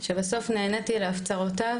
שבסוף נעניתי להפצרותיו